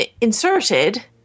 inserted